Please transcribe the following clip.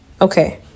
Okay